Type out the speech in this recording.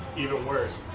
even worse,